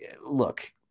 look